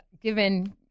given